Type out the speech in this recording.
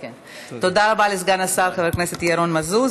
תודה רבה לסגן השר וחבר הכנסת ירון מזוז.